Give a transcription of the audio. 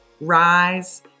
Rise